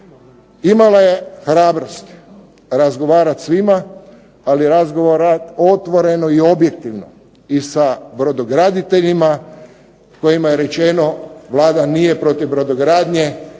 Imala je hrabrosti razgovarati svima, ali razgovarati otvoreno i objektivno i sa brodograditeljima kojima je rečeno Vlada nije protiv brodogradnje,